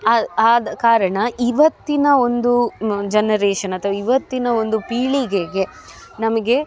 ಆದ ಆದ ಕಾರಣ ಇವತ್ತಿನ ಒಂದು ಜನರೇಷನ್ ಅಥವಾ ಇವತ್ತಿನ ಒಂದು ಪೀಳಿಗೆಗೆ ನಮಗೆ